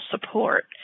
support